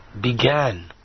began